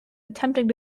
attempting